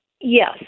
Yes